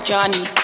Johnny